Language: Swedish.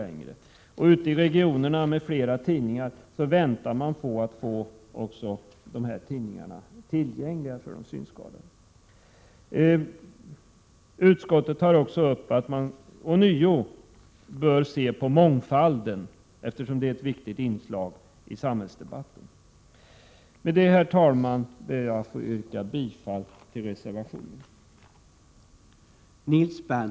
Ute i de regioner där det finns flera tidningar väntar man på att få ytterligare tidningar tillgängliga för de synskadade. Utskottet framhåller vidare att man ånyo bör betona mångfalden, eftersom detta är ett viktigt inslag när det gäller att kunna ta ställning i samhällsdebatten. Herr talman, med det anförda ber jag att få yrka bifall till reservationen.